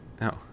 No